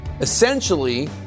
essentially